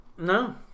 No